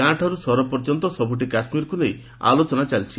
ଗାଁଠାରୁ ସହର ପର୍ଯ୍ୟନ୍ତ ସବୁଠି କାଶ୍କୀରକୁ ନେଇ ଆଲୋଚନା ଚାଲିଛି